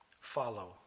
follow